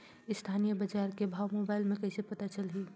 स्थानीय बजार के भाव मोबाइल मे कइसे पता चलही?